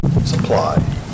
Supply